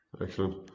Excellent